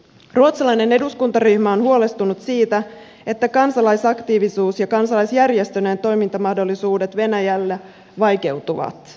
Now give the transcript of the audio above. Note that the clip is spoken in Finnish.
ruotsalainen eduskuntaryhmä on huolestunut siitä että kansalaisaktiivisuus ja kansalaisjärjestöjen toimintamahdollisuudet venäjällä vaikeutuvat